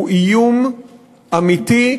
הוא איום אמיתי,